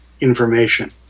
information